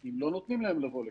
אם לא נותנים להם לבוא לכאן.